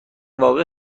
واقع